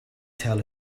tell